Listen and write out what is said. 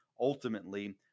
ultimately